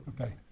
Okay